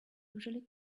usually